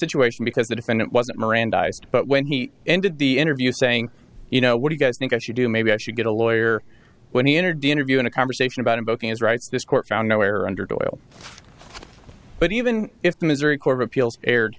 situation because the defendant wasn't mirandized but when he ended the interview saying you know what you guys think i should do maybe i should get a lawyer when he entered the interview in a conversation about invoking his rights this court found nowhere under to oil but even if the missouri court of appeals erred